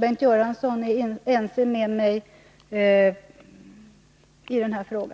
Bengt Göransson är ense med mig på den punkten.